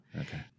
okay